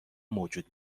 موجود